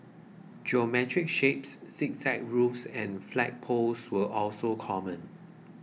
geometric shapes zigzag roofs and flagpoles were also common